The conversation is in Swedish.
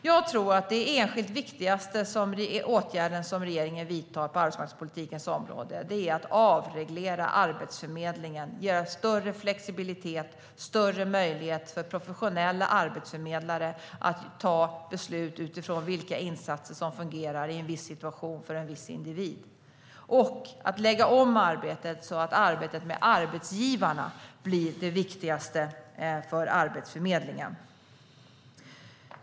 Jag tror att den enskilt viktigaste åtgärd som regeringen vidtar på arbetsmarknadspolitikens område är att avreglera Arbetsförmedlingen, att ge den större flexibilitet och större möjligheter för professionella arbetsförmedlare att ta beslut utifrån vilka insatser som fungerar i en viss situation för en viss individ och att lägga om arbetet så att arbetet med arbetsgivarna blir det viktigaste för Arbetsförmedlingen.